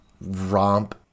romp